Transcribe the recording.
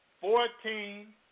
fourteen